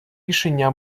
рішення